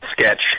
sketch